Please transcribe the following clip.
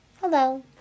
Hello